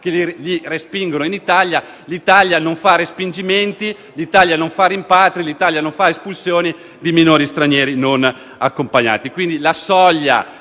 dove li respingono. L'Italia non fa respingimenti, l'Italia non fa rimpatri, l'Italia non fa espulsioni di minori stranieri non accompagnati.